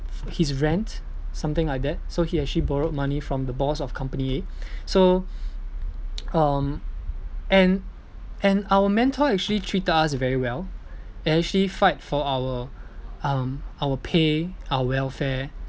his rent something like that so he actually borrowed money from the boss of company A so um and and our mentor actually treat us very well and actually fight for our um our pay our welfare